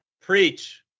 Preach